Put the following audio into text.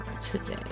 Today